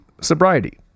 sobriety